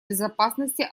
безопасности